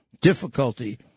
difficulty